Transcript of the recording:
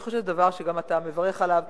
אני חושבת שזה דבר שגם אתה מברך עליו.